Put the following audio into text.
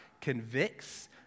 convicts